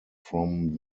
from